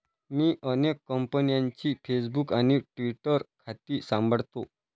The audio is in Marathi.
मी अनेक कंपन्यांची फेसबुक आणि ट्विटर खाती सांभाळतो